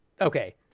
Okay